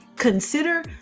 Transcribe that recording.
Consider